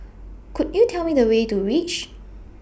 Could YOU Tell Me The Way to REACH